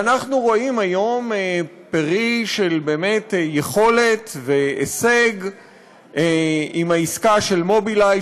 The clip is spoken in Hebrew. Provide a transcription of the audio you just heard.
ואנחנו רואים היום פרי של יכולת והישג עם העסקה של "מובילאיי",